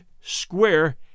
square